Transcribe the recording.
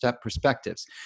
perspectives